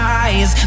eyes